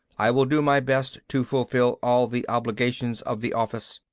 i will do my best to fulfill all the obligations of the office.